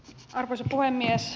arvoisa puhemies